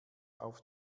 auf